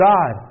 God